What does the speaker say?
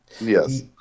yes